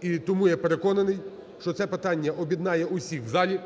І тому я переконаний, що це питання об'єднає усіх в залі,